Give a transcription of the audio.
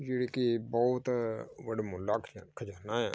ਜਿਹੜੇ ਕਿ ਬਹੁਤ ਵਡਮੁੱਲਾ ਖਜ਼ਾਨਾ ਆ